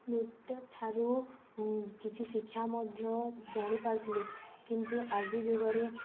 ନୃତ୍ୟଠାରୁ କିଛି ଶିକ୍ଷା ମଧ୍ୟ ଜାଣିପାରୁଥିଲେି କିନ୍ତୁ ଆଜି ଯୁଗରେ